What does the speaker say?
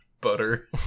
butter